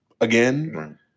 again